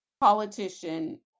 politician